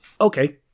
Okay